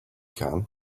can